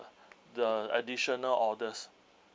the additional orders